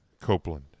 Copeland